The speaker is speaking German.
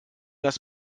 das